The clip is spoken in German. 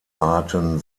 arten